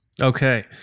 Okay